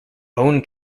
own